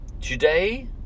Today